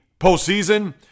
postseason